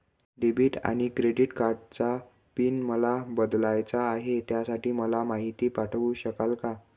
Debit आणि credit कार्डचा PIN मला बदलायचा आहे, त्यासाठी मला माहिती पाठवू शकाल का?